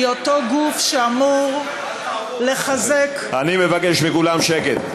היא אותו גוף שאמור לחזק, אני מבקש מכולם שקט.